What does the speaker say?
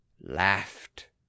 laughed